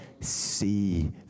see